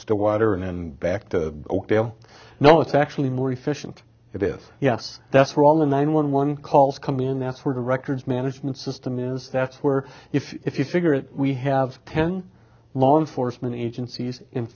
stillwater and back to you know it's actually more efficient it is yes that's where all the nine one one calls come in that's where the records management system is that's where if you figure it we have ten law enforcement agencies in